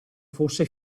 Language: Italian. fosse